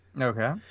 Okay